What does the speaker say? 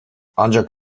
ancak